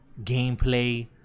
gameplay